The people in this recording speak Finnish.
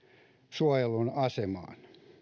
suojelun asemaan